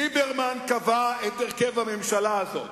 ליברמן קבע את הרכב הממשלה הזאת.